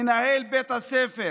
מנהל בית הספר